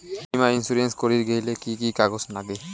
বীমা ইন্সুরেন্স করির গেইলে কি কি কাগজ নাগে?